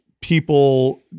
people